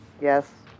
Yes